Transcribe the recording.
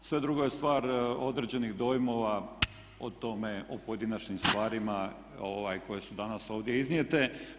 Sve drugo je stvar određenih dojmova o tome, oo pojedinačnim stvarima koje su danas ovdje iznijete.